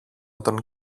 τον